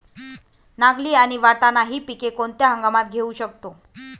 नागली आणि वाटाणा हि पिके कोणत्या हंगामात घेऊ शकतो?